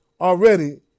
already